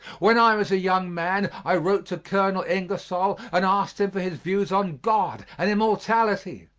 when i was a young man i wrote to colonel ingersoll and asked him for his views on god and immortality.